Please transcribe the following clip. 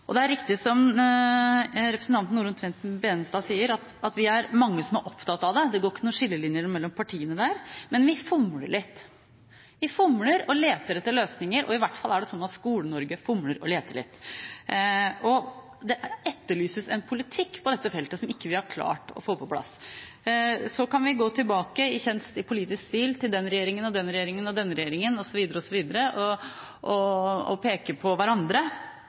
det, det går ikke noen skillelinjer mellom partiene der, men vi fomler litt. Vi fomler, og vi leter etter løsninger, i hvert fall er det sånn at Skole-Norge fomler og leter litt. Det etterlyses en politikk på dette feltet som vi ikke har klart å få på plass. Så kan vi, i kjent politisk stil, gå tilbake til den regjeringen og den regjeringen og den regjeringen osv. osv. og peke på hverandre.